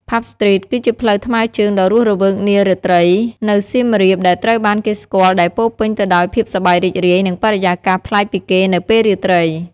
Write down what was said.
ផាប់ ស្ទ្រីត គឺជាផ្លូវថ្មើរជើងដ៏រស់រវើកនារាត្រីនៅសៀមរាប ដែលត្រូវបានគេស្គាល់ដែលពោរពេញទៅដោយភាពសប្បាយរីករាយ និងបរិយាកាសប្លែកពីគេនៅពេលរាត្រី។